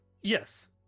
Yes